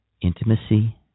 intimacy